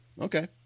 Okay